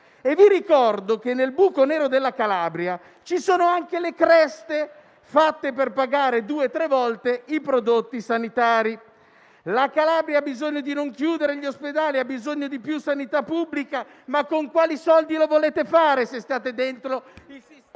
Vi ricordo che nel buco nero della Calabria ci sono anche le creste fatte per pagare due o tre volte i prodotti sanitari. La Calabria ha bisogno di non chiudere gli ospedali e ha bisogno di più sanità pubblica, ma con quali soldi lo volete fare se state dentro il sistema